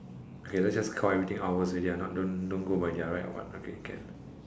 okay let's just count everything outwards already ah not don't don't go by their right or what okay can